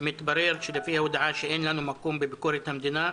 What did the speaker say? מתברר לפי ההודעה שאין לנו מקום בביקורת המדינה,